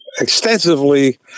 extensively